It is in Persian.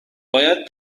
باید